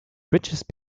richest